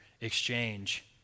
exchange